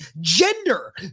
gender